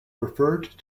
referred